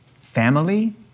Family